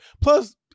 Plus